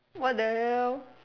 what the hell